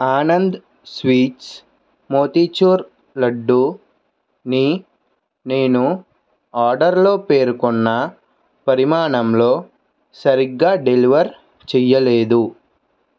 Anand sweets motichoor లడ్డుని నేను ఆర్డర్లో పేర్కొన్న పరిమాణంలో సరిగ్గా డెలివర్ చెయ్యలేదు